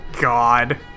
God